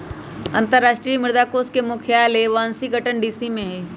अंतरराष्ट्रीय मुद्रा कोष के मुख्यालय वाशिंगटन डीसी में हइ